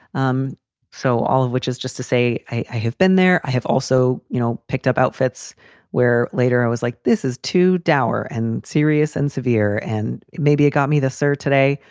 um so all of which is just to say i have been there. i have also, you know, picked up outfits where later i was like, this is to dower and serious and severe and maybe it got me this, sir, today,